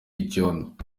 icyondo